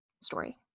story